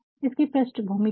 इसकी पृष्ठभूमि क्या है